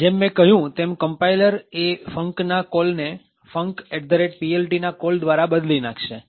જેમ મેં કહ્યું તેમ કમ્પાઈલર એ func ના કોલને funcPLT ના કોલ દ્વારા બદલી નાખશે